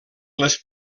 les